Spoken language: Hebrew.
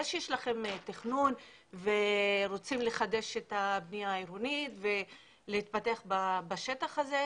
זה שיש לכם תכנון ורוצים לחדש את הבנייה העירונית ולהתפתח בשטח הזה,